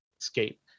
escape